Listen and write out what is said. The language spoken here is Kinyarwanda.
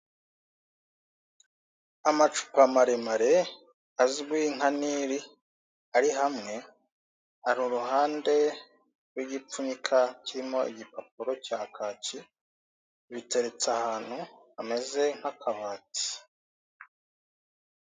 Amacupa maremare azwi nka nili ari hamwe ari iruhande rw'igipfunyika kirimo igipapuro cya kake, biteretse ahantu hameze nk'akabati.